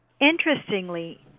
Interestingly